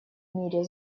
мире